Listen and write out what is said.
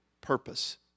purpose